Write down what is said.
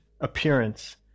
appearance